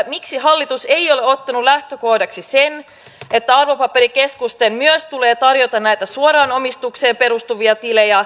miksi hallitus ei ole ottanut lähtökohdaksi sitä että arvopaperikeskusten myös tulee tarjota näitä suoraan omistukseen perustuvia tilejä